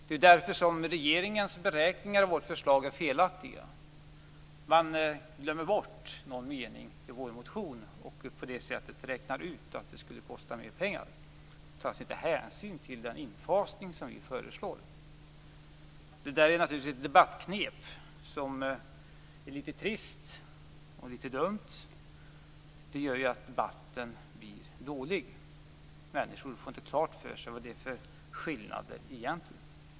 Det är därför som regeringens beräkningar av vårt förslag är felaktiga. Man glömmer bort någon mening från vår motion och räknar ut att det skulle kosta mer, dvs. man tar inte hänsyn till den infasning vi föreslår. Det där är naturligtvis ett debattknep som är litet trist och dumt. Det gör att debatten blir dålig. Människor får inte klart för sig skillnaderna.